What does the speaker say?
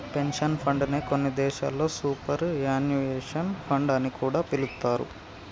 pension fund నే కొన్ని దేశాల్లో సూపర్ యాన్యుయేషన్ ఫండ్ అని కూడా పిలుత్తారు